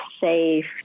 safe